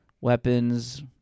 weapons